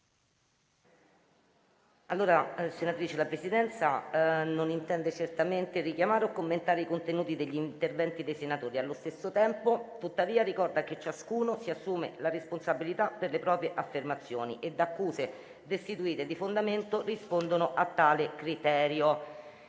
Granato, la Presidenza non intende certamente richiamare o commentare i contenuti degli interventi dei senatori. Allo stesso tempo, tuttavia, ricorda che ciascuno si assume la responsabilità delle proprie affermazioni e le accuse destituite di fondamento rispondono a tale criterio.